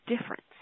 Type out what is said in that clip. difference